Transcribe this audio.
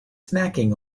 snacking